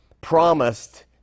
promised